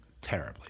terribly